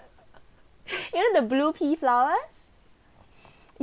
you know the blue pea flowers